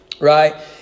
right